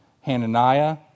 Hananiah